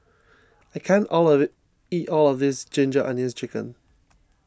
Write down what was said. I can't all of it eat all of this Ginger Onions Chicken